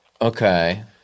Okay